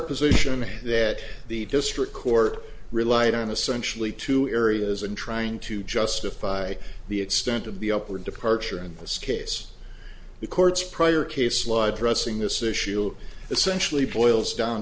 position me that the district court relied on essentially two areas and trying to justify the extent of the upward departure in this case the court's prior case law dressing this issue essentially boils down